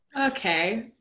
Okay